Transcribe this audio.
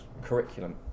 curriculum